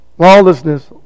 lawlessness